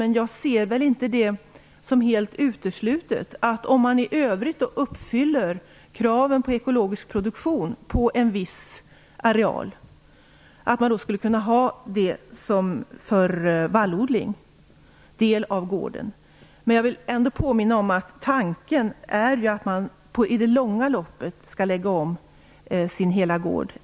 Jag ser det väl inte som helt uteslutet att man, om i övrigt kraven på ekologisk produktion på en viss areal uppfylls, skulle kunna ha en del av gården för vallodling. Men jag vill påminna om att tanken är att man i det långa loppet skall lägga om hela gården.